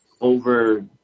over